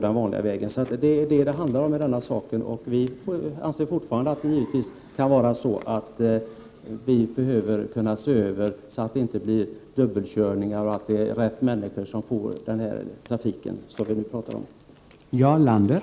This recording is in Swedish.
Det är detta det handlar om. Givetvis kan vi behöva se över systemet, så att det inte blir dubbelkörningar och så att de rätta människorna får trafiktillstånden.